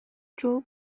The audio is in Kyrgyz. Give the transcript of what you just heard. жол